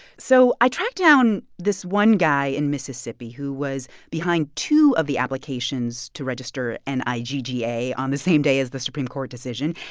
so i tracked down this one guy in mississippi who was behind two of the applications to register n and i g g a on the same day as the supreme court decision.